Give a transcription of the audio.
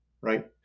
right